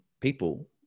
people